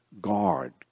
Guard